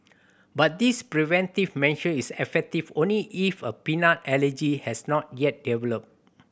but this preventive measure is effective only if a peanut allergy has not yet developed